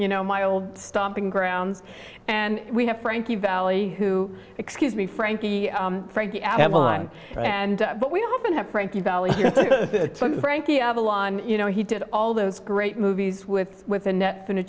you know my old stomping grounds and we have frankie valli who excuse me frankie frankie avalon and but we often have frankie valli frankie avalon you know he did all those great movies with with annet